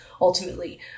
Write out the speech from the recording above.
ultimately